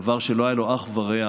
דבר שלא היה לו אח ורע.